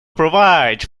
provides